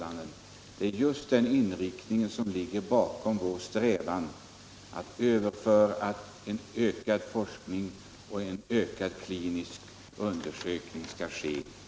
Det är just den uppfattningen som ligger bakom vår strävan att åstadkomma ökad forskning och ökad klinisk prövning av THX.